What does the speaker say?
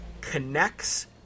connects